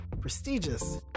prestigious